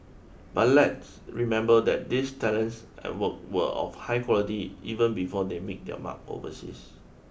but let's remember that these talents and work were of high quality even before they made their mark overseas